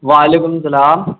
وعلیکم السلام